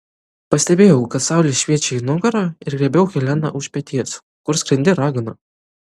pastebėjau kad saulė šviečia į nugarą ir griebiau heleną už peties kur skrendi ragana